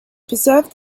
preserve